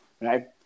right